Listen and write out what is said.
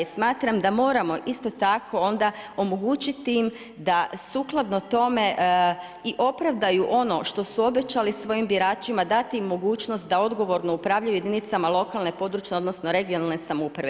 Smatram da moramo isto tako onda omogućiti im da sukladno tome i opravdaju ono što su obećali svojim biračima, dati im mogućnost da odgovorno upravljaju jedinicama lokalne, područne (regionalne) samouprave.